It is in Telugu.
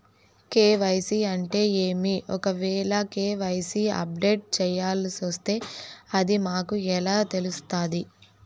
కె.వై.సి అంటే ఏమి? ఒకవేల కె.వై.సి అప్డేట్ చేయాల్సొస్తే అది మాకు ఎలా తెలుస్తాది?